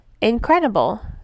incredible